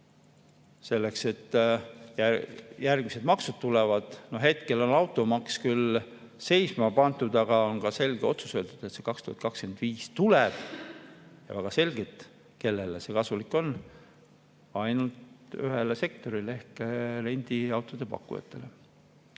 selleks et järgmised maksud tuleksid. Hetkel on automaks küll seisma pandud, aga on selgelt öeldud, et see 2025 tuleb. Ja väga selgelt, kellele see kasulik on? Ainult ühele sektorile ehk rendiautode pakkujatele.